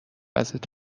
ازت